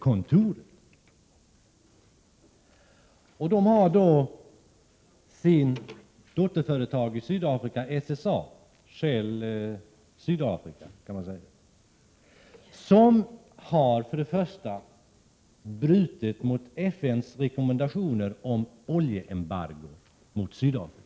Shellgruppen har dotterföretag i Sydafrika, SSA. Det företaget har brutit mot FN:s rekommendationer om oljeembargo mot Sydafrika.